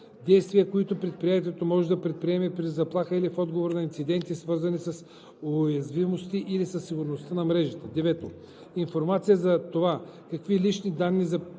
действия, които предприятието може да предприеме при заплаха или в отговор на инциденти, свързани с уязвимости или със сигурността на мрежата; 9. информация за това какви лични данни се предоставят